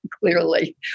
clearly